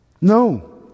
No